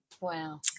Wow